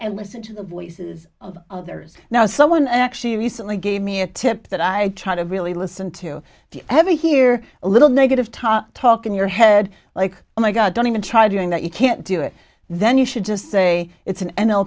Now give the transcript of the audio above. and listen to the voices of others now someone actually recently gave me a tip that i try to really listen to the ever hear a little negative talk talk in your head like oh my god don't even try doing that you can't do it then you should just say it's an n l